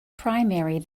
primary